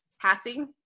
passing